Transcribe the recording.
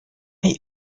may